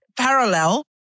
parallel